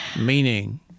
Meaning